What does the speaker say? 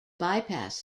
bypass